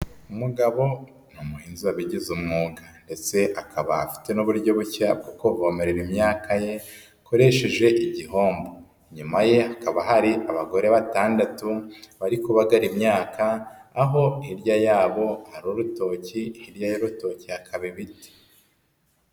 Umugabo ni umuhinzi wabigize umwuga ndetse akaba afite n'uburyo bushya bwo kuvomerera imyaka ye akoresheje igihombo, inyuma ye hakaba hari abagore batandatu bari kubagarara imyaka nkaho hirya yabo hari urutoki hirya y'urutoki hakaba ibiti.